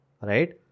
Right